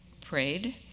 Prayed